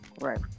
Right